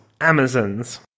Amazons